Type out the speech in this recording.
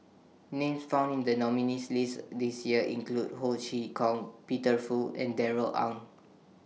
Names found in The nominees' list This Year include Ho Chee Kong Peter Fu and Darrell Ang